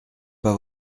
pas